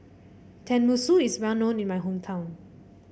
Tenmusu is well known in my hometown